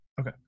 Okay